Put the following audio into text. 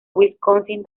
wisconsin